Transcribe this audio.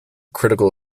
critical